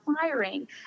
firing